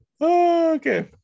Okay